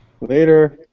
Later